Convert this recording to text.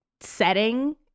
setting